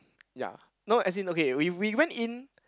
ya no as in okay we we went in